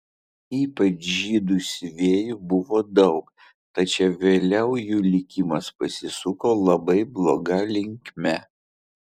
ypač žydų siuvėjų buvo daug tačiau vėliau jų likimas pasisuko labai bloga linkme